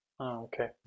Okay